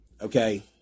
okay